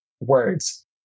words